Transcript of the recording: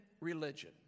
religion